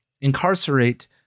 incarcerate